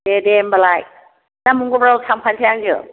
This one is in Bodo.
दे दे होनबालाय ना मंगलबारआव थांफानोसै आंजों